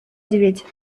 тивет